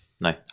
No